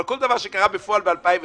אבל כל דבר בפועל ב-2019